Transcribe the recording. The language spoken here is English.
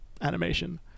animation